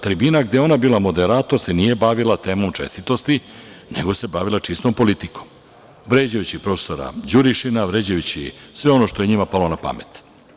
Tribina gde je ona bila moderator se nije bavila temom čestitosti, nego se bavila čistom politikom, vređajući profesora Đurišina, vređajući sve ono što je njima palo na pamet.